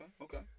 okay